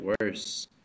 worse